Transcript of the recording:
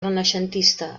renaixentista